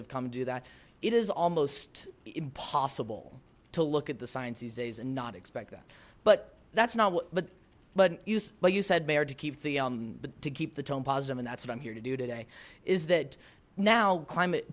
have come and do that it is almost impossible to look at the signs these days and not expect that but that's not what but but you but you said mayor to keep the um but to keep the tone positive and that's what i'm here to do today is that now climate